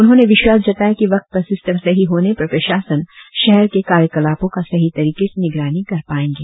उन्होंने विश्वास जताया कि वक्त पर सिस्टम सही होने पर प्रशासन शहर के कार्य कलापो का सही तरह से निगरानी कर पाएंगे